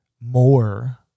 more